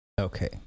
Okay